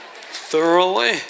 Thoroughly